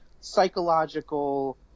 psychological